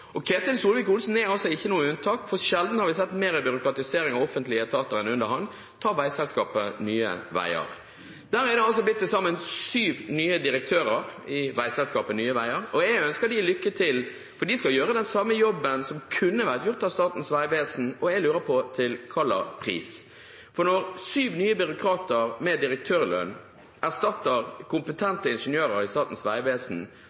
Ketil Solvik-Olsen er ikke et unntak, for sjelden har vi sett mer byråkratisering av offentlige etater enn under ham. Ta f.eks. veiselskapet Nye Veier: Der har det blitt til sammen sju nye direktører, og jeg ønsker dem lykke til, for de skal gjøre den samme jobben som kunne vært gjort av Statens vegvesen – og jeg lurer på til hvilken pris. Når sju nye byråkrater med direktørlønn erstatter kompetente ingeniører i Statens vegvesen,